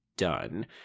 done